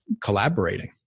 collaborating